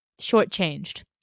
shortchanged